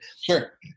Sure